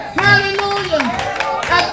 hallelujah